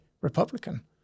Republican